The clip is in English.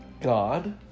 god